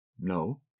No